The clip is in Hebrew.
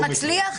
זה שיטת מצליח?